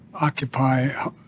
occupy